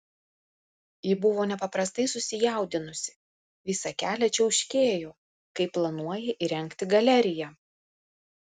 ji buvo nepaprastai susijaudinusi visą kelią čiauškėjo kaip planuoja įrengti galeriją